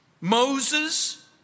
Moses